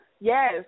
Yes